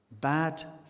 Bad